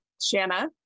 Shanna